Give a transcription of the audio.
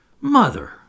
Mother